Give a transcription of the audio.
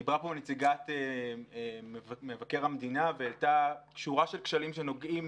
דיברה כאן נציגת מבקר המדינה והעלתה שורה של כשלים שנוגעים